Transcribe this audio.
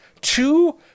two